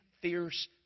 fierce